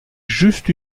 juste